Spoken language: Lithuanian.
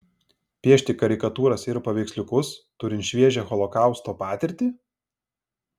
piešti karikatūras ir paveiksliukus turint šviežią holokausto patirtį